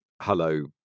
hello